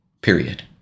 period